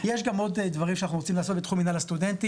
יש גם עוד דברים שאנחנו רוצים לעשות בתחום מנהל הסטודנטים.